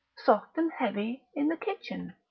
soft and heavy, in the kitchen.